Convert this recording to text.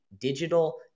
digital